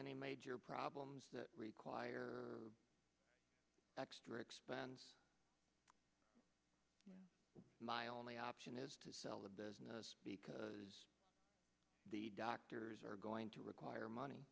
any major problems that require or expense my only option is to sell the business because the doctors are going to require money